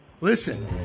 Listen